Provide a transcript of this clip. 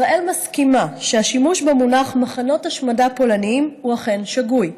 ישראל מסכימה שהשימוש במונח "מחנות השמדה פולניים" הוא אכן שגוי.